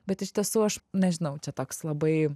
bet iš tiesų aš nežinau čia toks labai